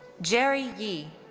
jerry ye.